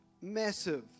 Massive